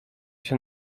się